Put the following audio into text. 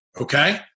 okay